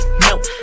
no